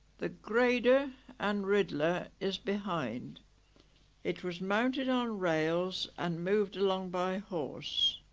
the grader and riddler is behind it was mounted on rails and moved along by horse